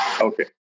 Okay